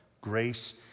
grace